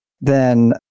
then-